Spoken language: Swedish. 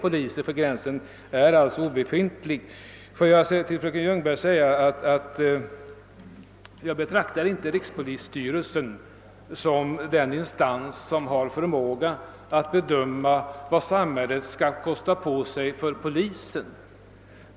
Till fröken Ljungberg vill jag säga att jag inte betraktar rikspolisstyrelsen som den instans som har förmåga att bedöma vad samhället skall kosta på sig i fråga om poliser.